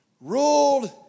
Ruled